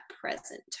present